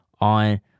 on